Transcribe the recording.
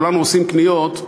כולנו עושים קניות,